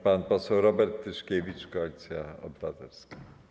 Pan poseł Robert Tyszkiewicz, Koalicja Obywatelska.